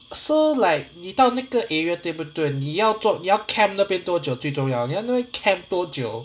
so like 你到那个 area 对不对你要做你要 camp 那边最重要 ah 你要那边 camp 多久